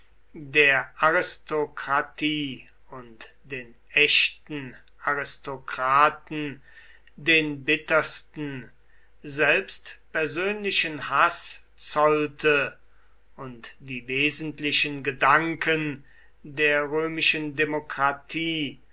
der aristokratie und den echten aristokraten den bittersten selbst persönlichen haß zollte und die wesentlichen gedanken der römischen demokratie